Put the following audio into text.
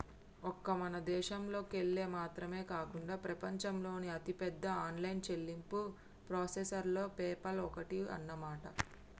ఒక్క మన దేశంలోకెళ్ళి మాత్రమే కాకుండా ప్రపంచంలోని అతిపెద్ద ఆన్లైన్ చెల్లింపు ప్రాసెసర్లలో పేపాల్ ఒక్కటి అన్నమాట